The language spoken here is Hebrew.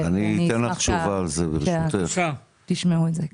ואני אשמח שתשמעו את זה.